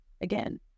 again